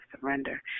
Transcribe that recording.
surrender